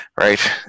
Right